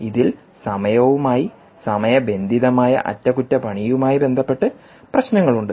ഇതിൽ സമയവുമായി സമയബന്ധിതമായ അറ്റകുറ്റപ്പണിയുമായി ബന്ധപ്പെട്ട് പ്രശ്നങ്ങളുണ്ട്